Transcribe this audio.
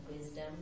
wisdom